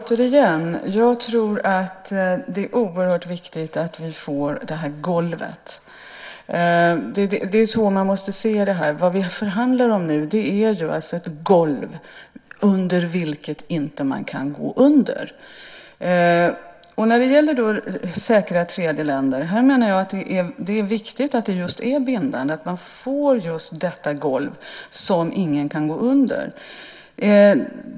Herr talman! Det är oerhört viktigt att vi får det här golvet. Det är så man måste se det. Vad vi nu förhandlar om är ett golv under vilket man inte kan gå. När det gäller säkra tredjeländer är det viktigt att reglerna är bindande och att man får detta golv som ingen kan gå under.